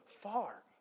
far